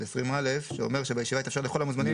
של 20א שאומר שבישיבה יתאפשר לכל המוזמנים.